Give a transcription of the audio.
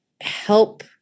help